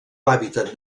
hàbitat